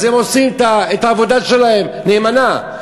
אז הם עושים את העבודה שלהם נאמנה.